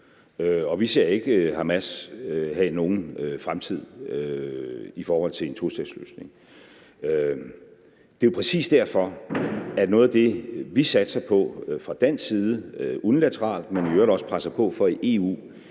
vi ser ikke Hamas have nogen fremtid i forhold til en tostatsløsning. Det er jo præcis derfor, at noget af det, vi fra dansk side unilateralt satser på, men som vi i øvrigt også presser på for i EU,